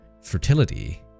fertility